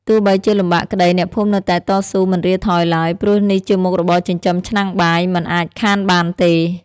ទោះបីជាលំបាកក្តី អ្នកភូមិនៅតែតស៊ូមិនរាថយឡើយ ព្រោះនេះជាមុខរបរចិញ្ចឹមឆ្នាំងបាយ មិនអាចខានបានទេ ។